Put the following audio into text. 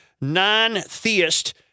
non-theist